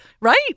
right